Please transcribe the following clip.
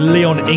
Leon